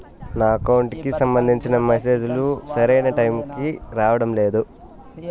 నా అకౌంట్ కి సంబంధించిన మెసేజ్ లు సరైన టైముకి రావడం లేదు